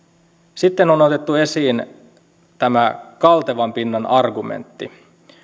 sitten on on otettu esiin tämä kaltevan pinnan argumentti